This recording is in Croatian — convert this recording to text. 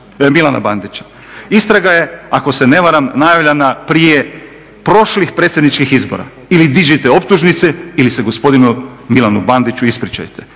Istraga je ako se ne varam najavljena prije prošlih predsjedničkih izbora ili dižite optužnice ili se gospodinu Milanu Bandiću ispričajte.